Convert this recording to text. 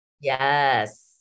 Yes